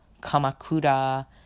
Kamakura